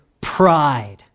pride